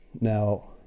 Now